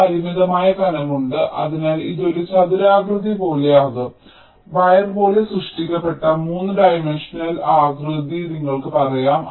ഒരു പരിമിതമായ കനം ഉണ്ട് അതിനാൽ ഇത് ഒരു ചതുരാകൃതി പോലെയാകും വയർ പോലെ സൃഷ്ടിക്കപ്പെട്ട 3 ഡൈമൻഷണൽ ആകൃതി നിങ്ങൾക്ക് പറയാം